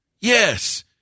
Yes